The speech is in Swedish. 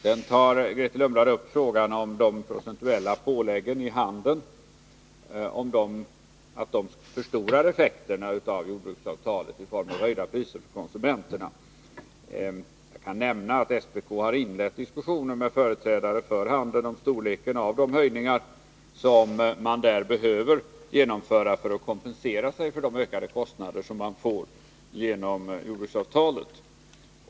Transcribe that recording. Sedan tar Grethe Lundblad upp frågan om de procentuella påläggen i handeln och säger att de förstorar effekterna av jordbruksavtalet i form av höjda priser för konsumenterna. Jag kan nämna att statens prisoch kartellnämnd har inlett diskussioner med företrädare för handeln om att begränsa prisökningar på baslivsmedel storleken av de höjningar som man där behöver genomföra för att kompensera sig för de ökade kostnader som man får på grund av jordbruksavtalet.